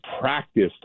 practiced